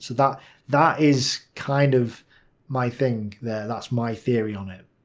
that that is kind of my thing, that's my theory on it.